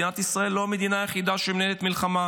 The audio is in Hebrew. מדינת ישראל היא לא המדינה היחידה שמנהלת מלחמה,